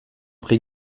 prit